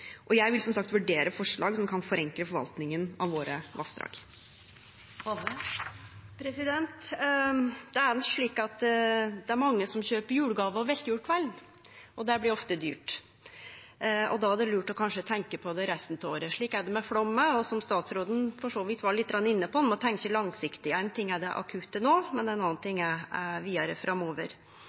Og jeg vil som sagt vurdere forslag som kan forenkle forvaltningen av våre vassdrag. Det er mange som kjøper jolegåver på veslejolekvelden, og det blir ofte dyrt. Då er det kanskje lurt å tenkje på det resten av året. Slik er det med flaum òg. Som statsråden var lite grann inne på, må ein tenkje langsiktig. Ein ting er det akutte no, noko anna er vidare framover.